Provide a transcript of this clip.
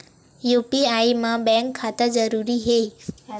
UPI मा bank खाता जरूरी हे?